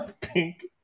pink